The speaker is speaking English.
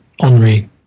Henri